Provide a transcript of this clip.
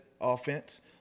offense